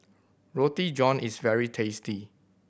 Roti John is very tasty